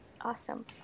Awesome